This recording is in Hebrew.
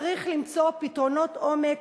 צריך למצוא פתרונות עומק,